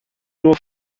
nur